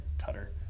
Cutter